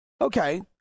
Okay